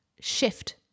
shift